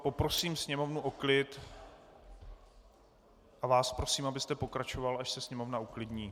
Poprosím sněmovnu o klid a vás prosím, abyste pokračoval, až se sněmovna uklidní.